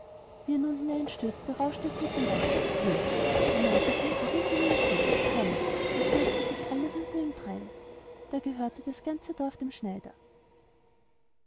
er nun hineinstürzte rauschte es in dem wasser plump da meinten sie er riefe ihnen zu kommt und stürzten sich alle hinter ihm drein da gehörte das ganze dorf dem schneider